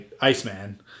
Iceman